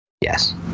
yes